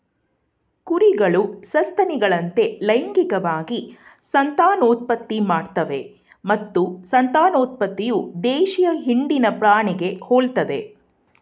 ಕುರಿಗಳು ಸಸ್ತನಿಗಳಂತೆ ಲೈಂಗಿಕವಾಗಿ ಸಂತಾನೋತ್ಪತ್ತಿ ಮಾಡ್ತವೆ ಮತ್ತು ಸಂತಾನೋತ್ಪತ್ತಿಯು ದೇಶೀಯ ಹಿಂಡಿನ ಪ್ರಾಣಿಗೆ ಹೋಲ್ತದೆ